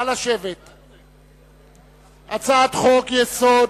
הצעת חוק-יסוד: